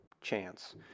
chance